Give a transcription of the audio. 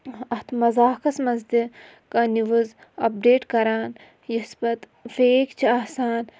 اَتھ مذاخَس منٛز تہِ کانٛہہ نِوٕز اَپڈیٹ کَران یۄس پَتہٕ فیک چھِ آسان